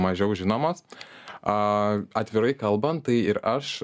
mažiau žinomos atvirai kalbant tai ir aš